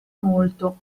molto